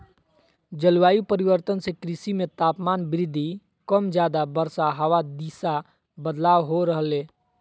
जलवायु परिवर्तन से कृषि मे तापमान वृद्धि कम ज्यादा वर्षा हवा दिशा बदलाव हो रहले